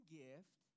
gift